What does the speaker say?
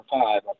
five